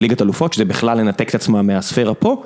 ליגת הלופות שזה בכלל לנתק את עצמו מהספירה פה.